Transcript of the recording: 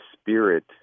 spirit